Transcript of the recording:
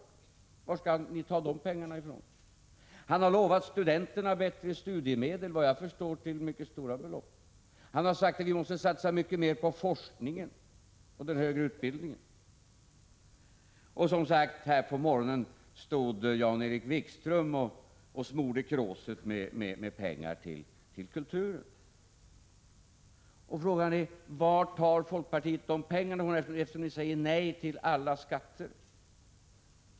Varifrån skall ni ta dessa pengar? Han har vidare lovat studenterna bättre studiemedel — vad jag förstår handlar det om mycket stora belopp. Han har också sagt att vi måste satsa mycket mer på forskningen och den högre utbildningen. Och här på morgonen stod Jan-Erik Wikström och smorde kråset med pengar till kulturen. Varifrån tar folkpartiet dessa pengar, när man säger nej till alla skatter?